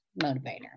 motivator